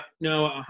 no